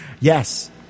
Yes